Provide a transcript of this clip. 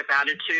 attitude